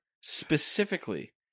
specifically